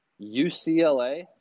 UCLA